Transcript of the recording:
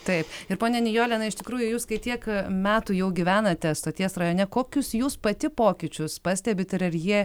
taip ir ponia nijole na iš tikrųjų jūs kai tiek metų jau gyvenate stoties rajone kokius jūs pati pokyčius pastebit ir ar jie